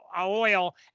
oil